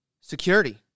security